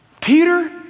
Peter